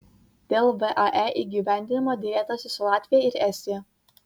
dėl vae įgyvendinimo derėtasi su latvija ir estija